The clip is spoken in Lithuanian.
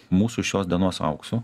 mūsų šios dienos auksu